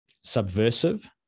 subversive